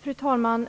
Fru talman!